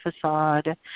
facade